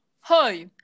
Hi